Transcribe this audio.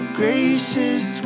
gracious